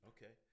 Okay